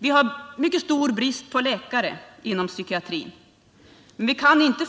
Vi har stor brist på läkare inom psykiatrin men kan inte,